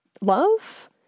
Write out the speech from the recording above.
love